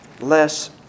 less